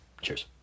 Cheers